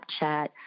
Snapchat